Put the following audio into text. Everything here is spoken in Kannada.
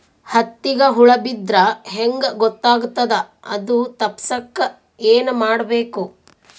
ಹತ್ತಿಗ ಹುಳ ಬಿದ್ದ್ರಾ ಹೆಂಗ್ ಗೊತ್ತಾಗ್ತದ ಅದು ತಪ್ಪಸಕ್ಕ್ ಏನ್ ಮಾಡಬೇಕು?